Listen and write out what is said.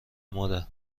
مادر